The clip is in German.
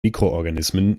mikroorganismen